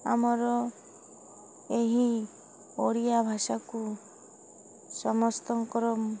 ଆମର ଏହି ଓଡ଼ିଆ ଭାଷାକୁ ସମସ୍ତଙ୍କର